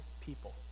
people